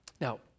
Now